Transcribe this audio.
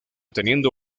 teniendo